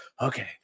okay